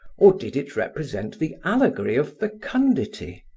or did it represent the allegory of fecundity,